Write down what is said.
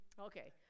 Okay